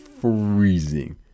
freezing